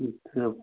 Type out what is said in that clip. अच्छा